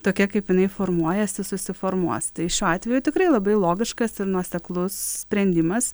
tokia kaip jinai formuojasi susiformuos tai šiuo atveju tikrai labai logiškas ir nuoseklus sprendimas